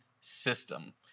system